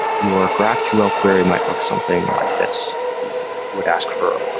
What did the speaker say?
your graphql query might look something like this. you would ask for